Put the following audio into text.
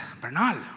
Bernal